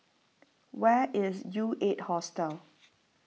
where is U eight Hostel